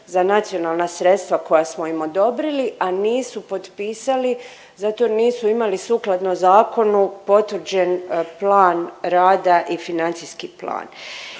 za nacionalna sredstava koja smo im odobrili, a nisu potpisali zato jer nisu imali sukladno zakonu potvrđen plan rada i financijski plan.